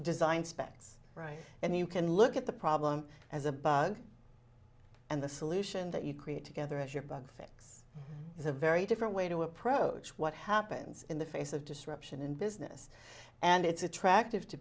design specs right and you can look at the problem as a bug and the solution that you create together as your bug fix is a very different way to approach what happens in the face of disruption in business and it's attractive to